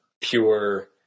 pure